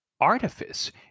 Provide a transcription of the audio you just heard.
artifice